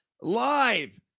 live